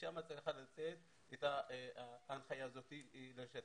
משם צריכה לצאת ההנחיה לשטח.